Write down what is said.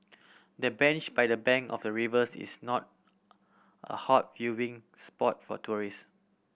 the bench by the bank of the rivers is not a hot viewing spot for tourist